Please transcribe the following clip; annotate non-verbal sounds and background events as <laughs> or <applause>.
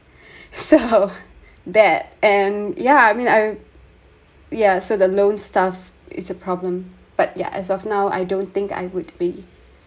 so <laughs> that and yeah I mean I ya so the loan stuff is a problem but yeah as of now I don't think I would be